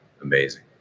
amazing